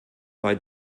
bei